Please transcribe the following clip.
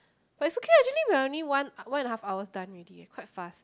but it's okay lah actually we only one one and a half hours done already eh quite fast